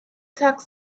tax